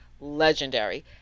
legendary